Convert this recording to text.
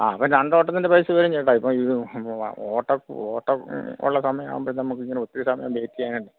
ആ അപ്പം രണ്ട് ഓട്ടത്തിൻ്റെ പൈസ വരും ചേട്ടാ ഇപ്പോൾ ഇത് ഓട്ടം ഓട്ടം ഉള്ള സമയം ആവുമ്പോൾ നമുക്കിങ്ങനെ ഒത്തിരി സമയം വേറ്റ് ചെയ്യാനായിട്ട്